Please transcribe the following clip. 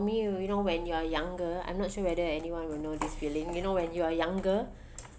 me you know when you're younger I'm not sure whether anyone will know this feeling you know when you are younger